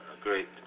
great